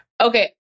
Okay